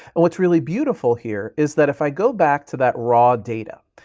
and what's really beautiful here is that if i go back to that raw data,